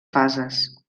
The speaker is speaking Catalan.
fases